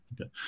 Okay